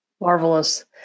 Marvelous